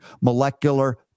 molecular